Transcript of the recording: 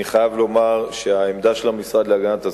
אני חייב לומר שהעמדה של המשרד להגנת הסביבה,